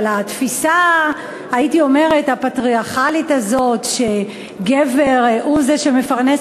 אבל התפיסה הפטריארכלית הזאת שגבר הוא זה שמפרנס